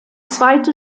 zweite